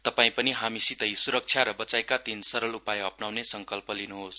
तपाई पनि हामीसितै सुरक्षा र वचाइका तीन सरल उपाय अप्नाउने संकल्प गर्न्होस